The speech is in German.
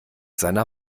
seiner